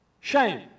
Shame